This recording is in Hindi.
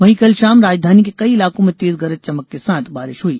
वहीं कल शाम राजधानी के कई इलाकों में तेज गरज चमक के साथ बारिश हुई